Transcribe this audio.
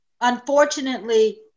unfortunately